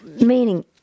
Meaning